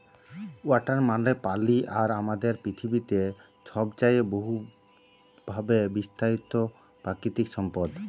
water মালে পালি আর আমাদের পিথিবীতে ছবচাঁয়ে বহুতভাবে বিস্তারিত পাকিতিক সম্পদ